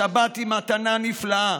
השבת היא מתנה נפלאה.